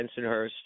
Bensonhurst